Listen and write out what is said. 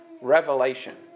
revelation